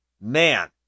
man